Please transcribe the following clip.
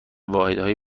واحدهای